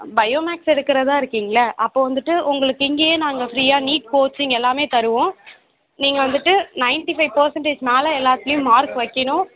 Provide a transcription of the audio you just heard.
bio maths எடுக்கிறதா இருக்கிங்களே அப்போ வந்துவிட்டு உங்களுக்கு இங்கேயே நாங்கள் ஃபிரியாக நீட் கோச்சிங் எல்லாமே தருவோம் நீங்கள் வந்துவிட்டு நைன்ட்டி ஃபைவ் பெர்சண்டேஜ் மேலே எல்லாத்துலையும் மார்க் வைக்கணும்